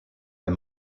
est